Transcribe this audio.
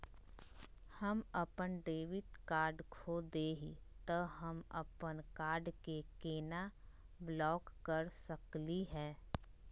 हम अपन debit card खो दे ही, त हम अप्पन कार्ड के केना ब्लॉक कर सकली हे?